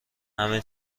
همه